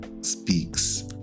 Speaks